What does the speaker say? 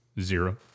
Zero